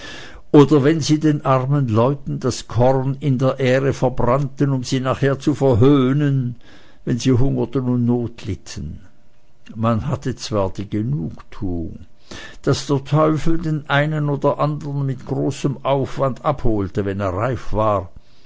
oder wenn sie den armen leuten das korn in der ähre verbrannten um sie nachher zu verhöhnen wenn sie hungerten und not litten man hatte zwar die genugtuung daß der teufel den einen oder andern mit großem aufwand abholte wenn er reif war